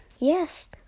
Yes